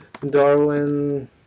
Darwin